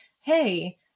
hey